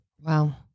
Wow